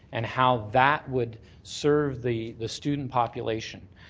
and how that would serve the the student population,